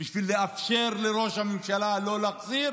בשביל לאפשר לראש הממשלה לא להחזיר